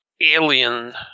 Alien